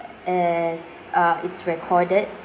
as uh it's recorded